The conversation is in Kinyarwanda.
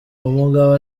umugabo